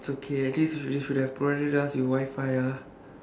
it's okay at least they should have provided us with wi-fi ah